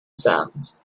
sounds